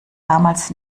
damals